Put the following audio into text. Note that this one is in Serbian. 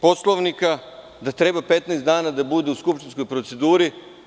Poslovnika, da treba 15 dana da bude u skupštinskoj proceduri.